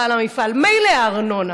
בעל המפעל: מילא הארנונה,